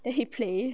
then he plays